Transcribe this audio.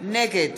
נגד